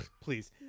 Please